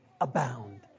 abound